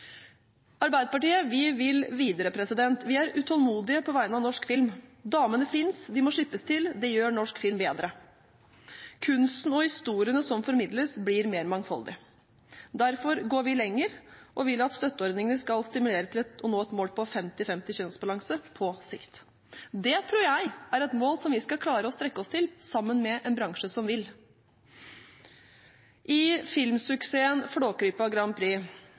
Arbeiderpartiet vil videre. Vi er utålmodige på vegne av norsk film. Damene fins. De må slippes til. Det gjør norsk film bedre. Kunsten og historiene som formidles, blir mer mangfoldige. Derfor går vi lenger og vil at støtteordningene skal stimulere til å nå et mål på femti-femti kjønnsbalanse på sikt. Det tror jeg er et mål som vi skal klare å strekke oss til sammen med en bransje som vil. I filmsuksessen